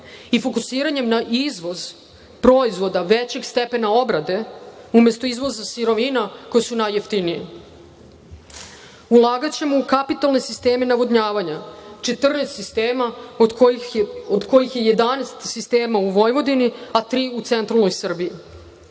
i fokusiranjem na izvoz većeg stepena obrade, umesto izvoza sirovina koje su najjeftinije. Ulagaćemo u kapitalne sisteme navodnjavanja, 14 sistema od kojih je 11 sistema u Vojvodini, a tri u centralnoj Srbiji.